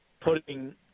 putting